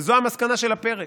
וזו המסקנה של הפרק.